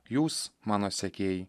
jūs mano sekėjai